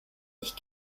ich